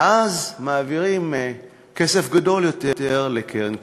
ואז מעבירים כסף גדול יותר לקרן הקיימת.